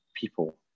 people